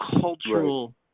cultural